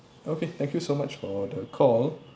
okay thank you so much for the call